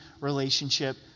relationship